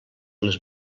les